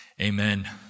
amen